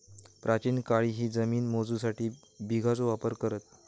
प्राचीन काळीही जमिनी मोजूसाठी बिघाचो वापर करत